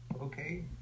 Okay